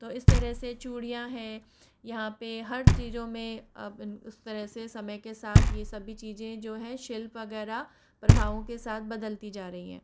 तो इस तरह से चूड़ियाँ हैं यहाँ पर हर चीज़ में अब उस तरह से समय के साथ ये सभी चीज़ें जो हैं शिल्प वग़ैरह प्रभावों के साथ बदलती जा रही हैं